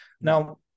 now